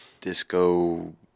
disco